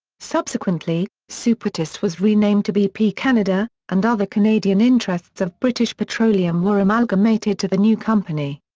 subsequently, supertest was renamed to bp canada, and other canadian interests of british petroleum were amalgamated to the new company.